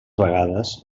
vegades